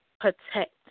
Protect